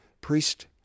priest